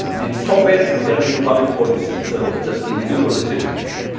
and it's so bad that we turned into public policy instead of just individual decision-making,